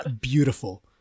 beautiful